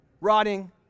rotting